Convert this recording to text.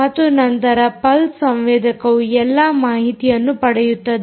ಮತ್ತು ನಂತರ ಪಲ್ಸ್ ಸಂವೇದಕವು ಎಲ್ಲಾ ಮಾಹಿತಿಯನ್ನು ಪಡೆಯುತ್ತದೆ